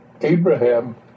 abraham